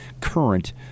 current